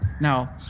Now